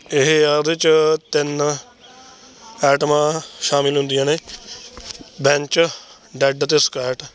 ਇਹ ਆ ਉਹਦੇ 'ਚ ਤਿੰਨ ਐਟਮਾਂ ਸ਼ਾਮਿਲ ਹੁੰਦੀਆਂ ਨੇ ਬੈਂਚ ਡੈੱਡ ਅਤੇ ਸਕੇਅਟ